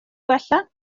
gwella